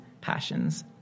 passions